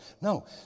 No